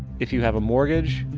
if you have a mortgage,